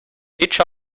each